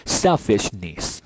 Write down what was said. selfishness